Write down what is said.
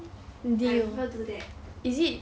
when people do that